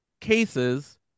cases